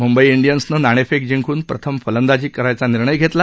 मुंबई डियन्सनं नाणेफेक जिंकून प्रथम फलंदाजी निर्णय घेतला